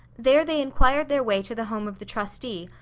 there they inquired their way to the home of the trustee,